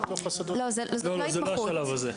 לא, זה לא השלב הזה.